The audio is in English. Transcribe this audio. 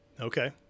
Okay